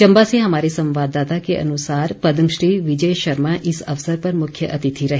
चंबा से हमारे संवाद्दाता के अनुसार पदमश्री विजय शर्मा इस अवसर पर मुख्य अतिथि रहे